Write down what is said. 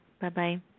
Bye-bye